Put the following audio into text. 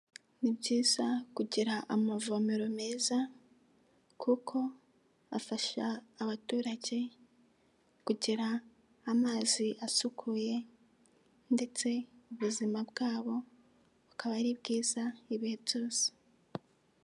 Ni byiza kugira amavomero meza, kuko afasha abaturage kugira amazi asukuye ndetse ubuzima bwabo bukaba ari bwiza ibihe byose.